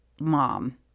mom